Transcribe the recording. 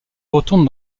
retourne